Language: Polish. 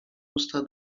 usta